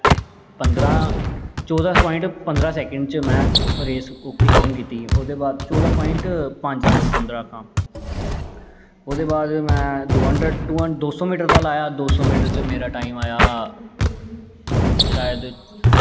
में चौदां पोआंट पंदरां सकैंट च में रेस ओह्कड़ी खत्म कीती ओह्दे बाद चौदां पोआंट पंज सॉरी पंदरां आक्खा ना ओह्दै बाद में टू हंडर्ड़ दो सौ मीटर दा लाया दो सौ मीटर च मेरा टाईम आया शायद